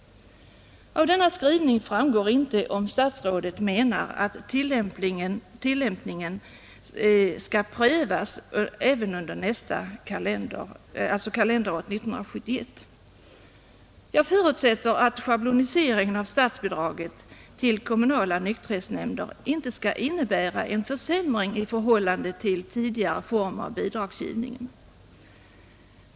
Av denna skrivning framgår inte om statsrådet menar att tillämpningen skall prövas även under kalenderåret 1971. Jag förutsätter att schabloniseringen av statsbidraget till kommunala nykterhetsnämnder inte skall innebära en försämring i förhållande till tidigare form av bidragsgivning.